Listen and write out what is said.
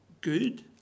good